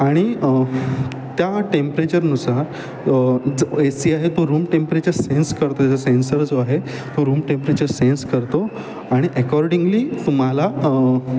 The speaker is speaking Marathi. आणि त्या टेम्परेचरनुसार जो एसी आहे तो रूम टेंपरेचर सेंज करतो त्याचा सेन्सर जो आहे तो रूम टेम्परेचर सेंज करतो आणि अकॉर्डिंगली तुम्हाला